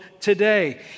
today